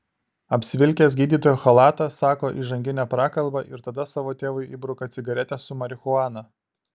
apsivilkęs gydytojo chalatą sako įžanginę prakalbą ir tada savo tėvui įbruka cigaretę su marihuana